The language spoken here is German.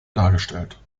dargestellt